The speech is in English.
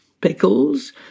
pickles